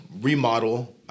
remodel